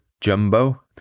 Jumbo